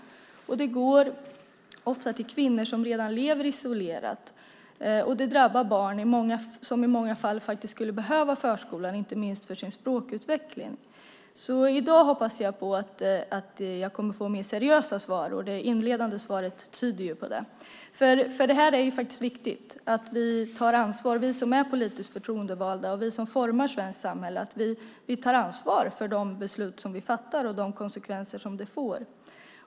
Det går ofta till kvinnor som redan lever isolerat, och det drabbar barn som i många fall skulle behöva förskolan inte minst för sin språkutveckling. I dag hoppas jag att jag kommer att få mer seriösa svar, och det inledande svaret tyder på det. Det här är viktigt. Det är viktigt att vi som är politiskt förtroendevalda och som formar svenskt samhälle tar ansvar för de beslut som vi fattar och de konsekvenser som det får.